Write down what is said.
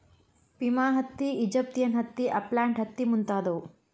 Pima ಹತ್ತಿ, Egyptian ಹತ್ತಿ, upland ಹತ್ತಿ ಮುಂತಾದವು